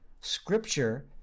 Scripture